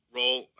role